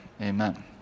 amen